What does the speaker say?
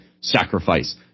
sacrifice